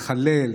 לחלל,